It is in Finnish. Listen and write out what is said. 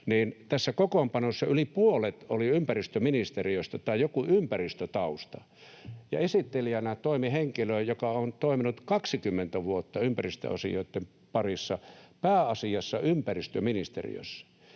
tässä kokoonpanossa yli puolet oli ympäristöministeriöstä tai oli joku ympäristötausta ja esittelijänä toimi henkilö, joka on toiminut 20 vuotta ympäristöasioitten parissa pääasiassa ympäristöministeriössä.